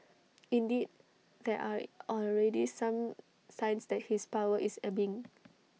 indeed there are already some signs that his power is ebbing